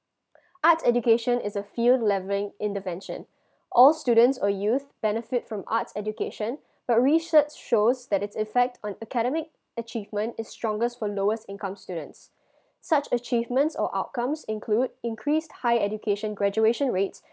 arts education is a field levering intervention all students or youth benefit from arts education but research shows that it's effect on academic achievement is strongest for lowest income students such achievements or outcomes include increased high education graduation rates